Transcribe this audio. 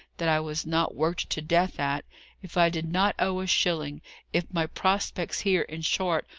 that i was not worked to death at if i did not owe a shilling if my prospects here, in short,